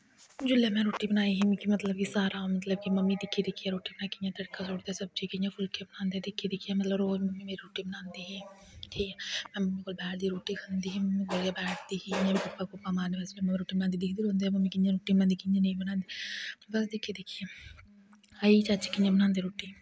जोल्लै में रुट्टी बनाई ही मिकी मतलब कि सारा मतलब कि मम्मी गी दिक्खी दिक्खी ऐ रुट्टी बनाई कियां तड़का सुटदे सब्जी कियां फुल्के बनांदे दिक्खी दिक्खियै मतलब में रुट्टी बनांदी ही ठीक ऐ में बैठदी ही रुट्टी खंदी ही मम्मी कोल बैठदी ही गप्पां गुप्पां मारदी मारने जिस टैमो र रुट्टी बनांदे दिक्खदी रौंह्ंदी ही मम्मी कियां रुट्टी बनांदी कियां नेईं बनांदी दिक्खी दिक्खियै आई जाच कियां बनांदे रुट्टी